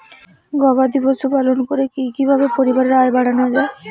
গবাদি পশু পালন করে কি কিভাবে পরিবারের আয় বাড়ানো যায়?